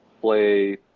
play